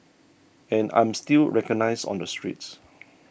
and I'm still recognised on the streets